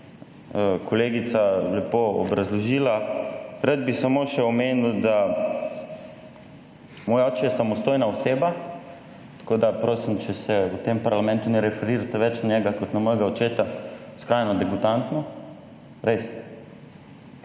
kolegica lepo obrazložila. Rad bi samo še omenil, da moj oče je samostojna oseba, tako da prosim, če se v tem parlamentu ne referirate več na njega kot na mojega očeta. Skrajno degutantno, res,